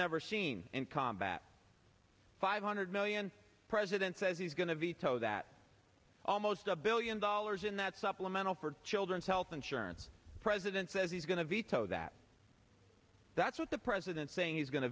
never seen in combat five hundred million president says he's going to veto that almost a billion dollars in that supplemental for children's health insurance president says he's going to veto that that's what the president saying he's go